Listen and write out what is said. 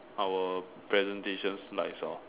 our presentation slides or